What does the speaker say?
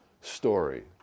story